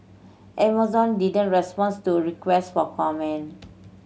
Amazon didn't responds to requests for comment